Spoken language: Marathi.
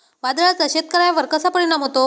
वादळाचा शेतकऱ्यांवर कसा परिणाम होतो?